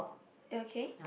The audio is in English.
okay